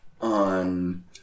on